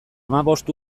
hamabost